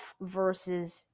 versus